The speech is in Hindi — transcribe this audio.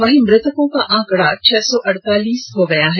वहीं मृतकों का आंकड़ा छह सौ अड़तालीस हो गया है